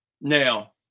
Now